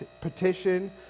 petition